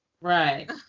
right